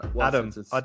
Adam